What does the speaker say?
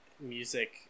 music